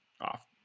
off